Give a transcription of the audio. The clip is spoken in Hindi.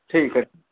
ठीक है